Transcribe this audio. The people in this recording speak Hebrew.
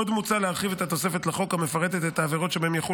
עוד מוצע להרחיב את התוספת לחוק המפרטת את העבירות שבהן יחול